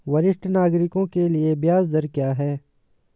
वरिष्ठ नागरिकों के लिए ब्याज दर क्या हैं?